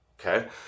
Okay